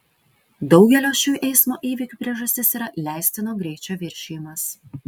daugelio šių eismo įvykių priežastis yra leistino greičio viršijimas